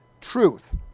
truth